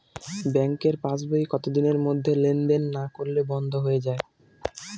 ব্যাঙ্কের passbook কত দিনের মধ্যে লেন দেন না করলে বন্ধ হয়ে য়ায়?